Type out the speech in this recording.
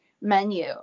menu